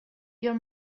your